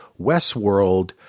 Westworld